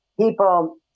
People